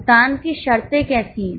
भुगतान की शर्तें कैसी हैं